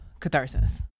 catharsis